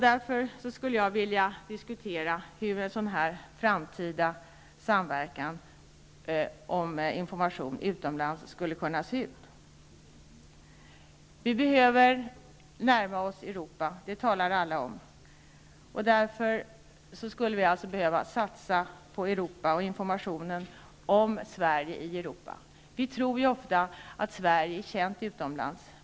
Därför skulle jag vilja diskutera hur en sådan framtida samverkan om information utomlands skulle kunna se ut. Vi behöver närma oss Europa -- det talar alla om. Därför skulle vi behöva satsa på Europa och på informationen om Sverige i Europa. Vi tror ju ofta att Sverige är känt utomlands.